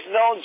no